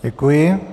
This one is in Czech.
Děkuji.